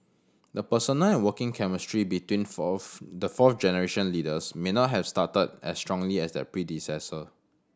the personal and working chemistry between fourth the fourth generation leaders may not have started as strongly their predecessor